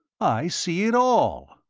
i see it all.